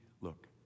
look